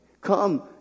Come